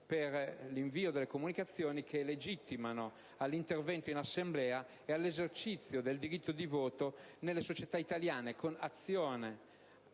per l'invio delle comunicazioni che legittimano all'intervento in assemblea e all'esercizio del diritto di voto nelle società italiane con azioni